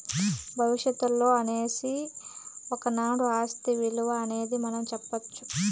భవిష్యత్తులో అనేసి ఒకనాడు ఆస్తి ఇలువ అనేది మనం సెప్పొచ్చు